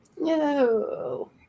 No